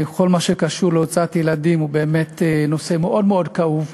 כל מה שקשור להוצאת ילדים הוא באמת נושא מאוד מאוד כאוב.